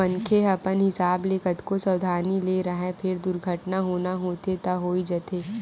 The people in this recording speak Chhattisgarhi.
मनखे ह अपन हिसाब ले कतको सवधानी ले राहय फेर दुरघटना होना होथे त होइ जाथे